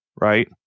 right